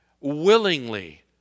willingly